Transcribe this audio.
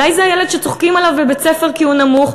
אולי זה הילד שצוחקים עליו בבית-ספר כי הוא נמוך,